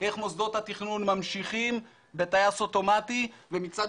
איך מוסדות התכנון ממשיכים בטייס אוטומטי ומצד